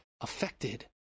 affected